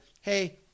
hey